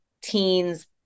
teens